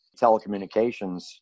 telecommunications